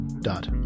dot